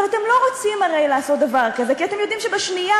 אבל אתם לא רוצים הרי לעשות דבר כזה כי אתם יודעים שבשנייה